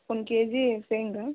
one kg ಶೇಂಗಾ